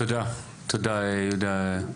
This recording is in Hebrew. תודה יהודה.